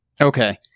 Okay